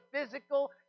physical